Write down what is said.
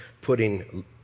putting